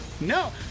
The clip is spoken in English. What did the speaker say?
No